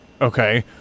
Okay